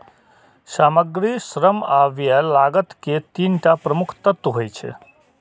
सामग्री, श्रम आ व्यय लागत के तीन टा प्रमुख तत्व होइ छै